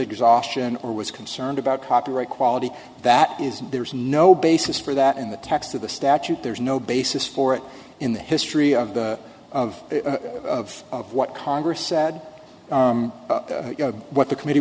exhaustion or was concerned about copyright quality that is there's no basis for that in the text of the statute there's no basis for it in the history of the of of of what congress said what the committee